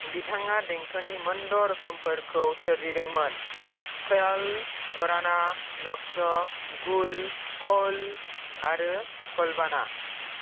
बिथाङा देंखोनि मोनद' रोखोमफोरखौ सोरजिदोंमोन ख्याल तराना नक्श गुल कौल आरो कलबाना